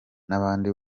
n’abandi